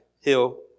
hill